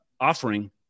offering